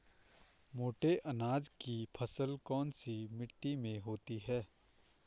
मोटे अनाज की फसल कौन सी मिट्टी में होती है?